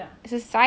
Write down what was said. ya